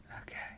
Okay